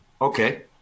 Okay